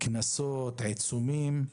קנסות ועיצומים.